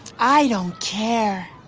i don't care.